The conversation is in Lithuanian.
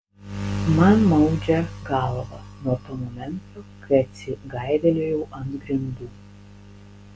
man maudžia galvą nuo to momento kai atsigaivelėjau ant grindų